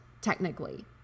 Technically